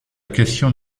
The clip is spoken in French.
question